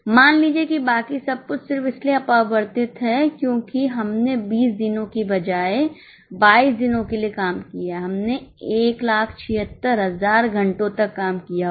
मान लीजिए कि बाकी सब कुछ सिर्फ इसलिए अपरिवर्तित है क्योंकि हमने 20 दिनों के बजाय 22 दिनों के लिए काम किया है हमने 176000 घंटों तक काम किया होगा